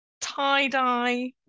tie-dye